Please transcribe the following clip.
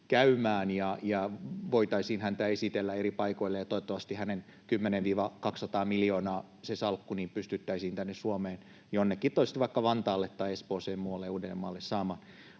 käymään ja voitaisiin häntä esitellä eri paikoille, ja toivottavasti se hänen 10—200 miljoonan salkkunsa pystyttäisiin tänne Suomeen jonnekin saamaan, vaikka Vantaalle tai Espooseen, muualle Uudellemaalle.